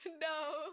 no